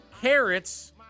carrots